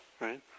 right